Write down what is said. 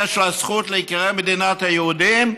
יש לה זכות להיקרא "מדינת היהודים",